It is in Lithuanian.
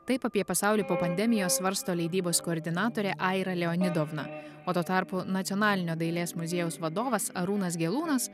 taip apie pasaulį po pandemijos svarsto leidybos koordinatorė aira leonidovna o tuo tarpu nacionalinio dailės muziejaus vadovas arūnas gelūnas